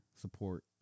support